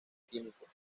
químicos